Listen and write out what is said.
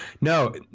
No